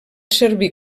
servir